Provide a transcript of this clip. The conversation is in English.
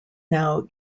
now